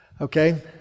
Okay